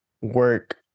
work